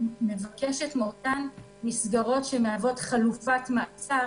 שמבקשת מאותן מסגרות שמהוות חלופת מעצר